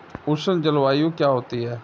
उष्ण जलवायु क्या होती है?